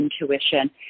intuition